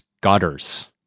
Gutters